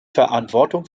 verantwortung